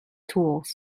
tools